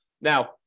Now